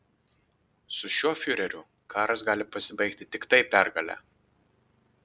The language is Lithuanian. su šiuo fiureriu karas gali pasibaigti tiktai pergale